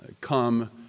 come